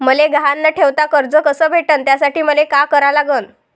मले गहान न ठेवता कर्ज कस भेटन त्यासाठी मले का करा लागन?